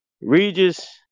Regis